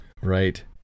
Right